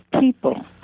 People